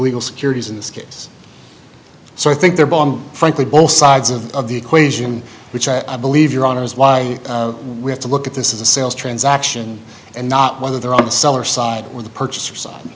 legal securities in this case so i think their bond frankly both sides of the equation which i believe your honor is why we have to look at this is a sales transaction and not whether they're on the seller side or the purchaser side